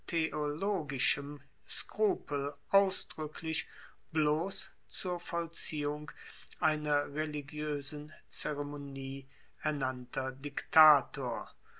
theologischem skrupel ausdruecklich bloss zur vollziehung einer religioesen zeremonie ernannter diktator